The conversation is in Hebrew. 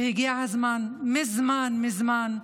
שהגיע הזמן, מזמן מזמן,